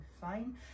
fine